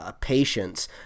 Patience